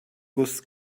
guss